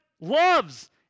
loves